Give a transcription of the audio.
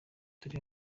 turi